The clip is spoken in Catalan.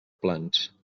plans